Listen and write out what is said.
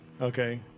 Okay